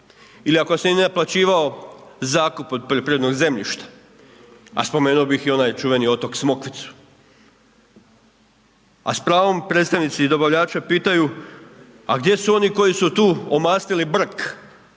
ili ako se nije naplaćivao zakup od poljoprivrednog zemljišta a spomenuo bih i onaj čuveni otok Smokvicu. A s pravom predstavnici i dobavljače pitaju a gdje su oni koji su tu omastili brk